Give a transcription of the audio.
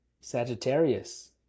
Sagittarius